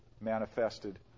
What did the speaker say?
manifested